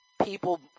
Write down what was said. people